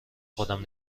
خودم